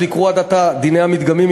שנקראו עד עתה דיני המדגמים,